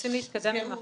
רוצים להתקדם עם